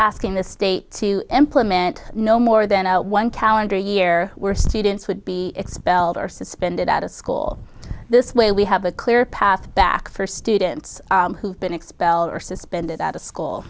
asking the state to implement no more than one calendar year were students would be expelled or suspended out of school this way we have a clear path back for students who've been expelled or suspended out of school